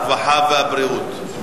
הרווחה והבריאות.